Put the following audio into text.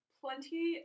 plenty